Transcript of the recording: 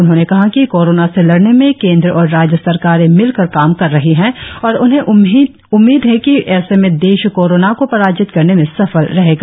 उन्होंने कहा कि कोरोना से लड़ने में केंद्र और राज्य सरकारें मिलकर काम कर रही हैं और उन्हें उम्मीद है कि ऐसे में देश कोरोना को पराजित करने में सफल रहेगा